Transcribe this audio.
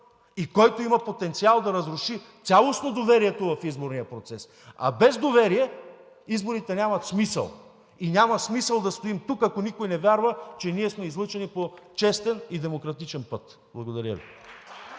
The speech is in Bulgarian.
и който има потенциал да разруши цялостно доверието в изборния процес. А без доверие изборите нямат смисъл и няма смисъл да стоим тук, ако никой не вярва, че ние сме излъчени по честен и демократичен път. Благодаря Ви.